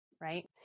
right